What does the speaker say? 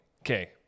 okay